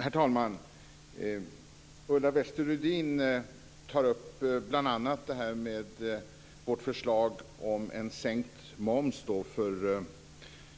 Herr talman! Ulla Wester-Rudin tar bl.a. upp vårt förslag om en sänkt moms för